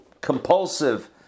compulsive